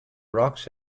rocks